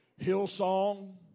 Hillsong